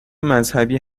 مذهبی